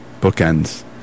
bookends